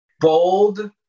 Bold